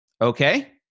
Okay